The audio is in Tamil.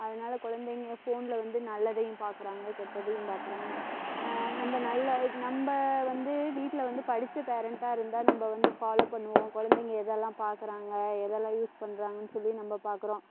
அதனால் குழந்தைங்க ஃபோன்ல வந்து நல்லதையும் பார்க்குறாங்க கெட்டதையும் பார்க்குறாங்க நம்ம நல்ல நம்ம வந்து வீட்டில வந்து படிச்ச பேரன்ட்டாக இருந்தால் நம்ம வந்து ஃபாலோ பண்ணுவோம் குழந்தைங்க எதெல்லாம் பார்க்குறாங்க எதெல்லாம் யூஸ் பண்ணுறாங்கன்னு சொல்லி நம்ம பார்க்குறோம்